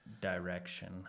direction